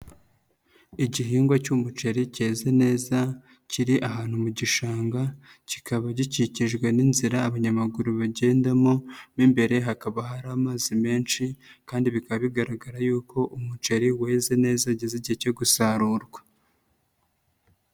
Igihingwa cy'umuceri cyeze neza, kiri ahantu mu gishanga, kikaba gikikijwe n'inzira abanyamaguru bagendamo, mo imbere hakaba hari amazi menshi kandi bikaba bigaragara yuko umuceri weze neza, ugeze igihe cyo gusarurwa.